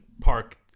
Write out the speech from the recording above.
park